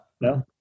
No